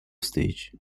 stage